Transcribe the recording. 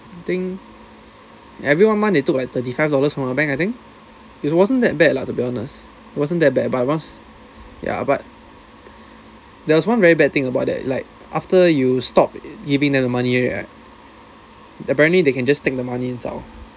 think every one month they took like thirty five dollars from the bank I think it wasn't that bad lah to be honest wasn't that bad but cause ya but there was one very bad thing about that like after you stopped giving them the money already right apparently they can just take the money zao